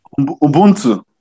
ubuntu